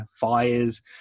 fires